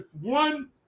one